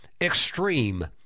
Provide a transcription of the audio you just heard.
Extreme